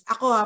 Ako